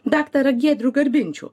daktarą giedrių garbinčių